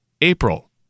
April